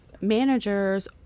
managers